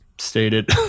stated